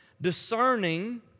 discerning